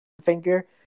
finger